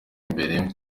imbere